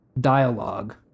dialogue